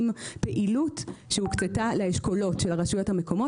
עם פעילות שהוקצתה לאשכולות של הרשויות המקומיות,